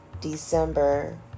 December